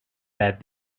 that